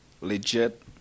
legit